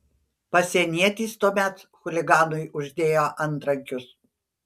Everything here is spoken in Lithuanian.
pasienietis tuomet chuliganui uždėjo antrankius